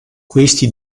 questi